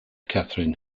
catherine